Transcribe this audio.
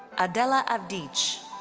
adela avdic.